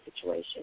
situation